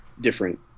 different